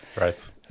Right